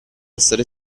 essere